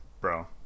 Bro